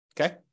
Okay